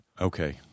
Okay